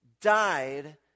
died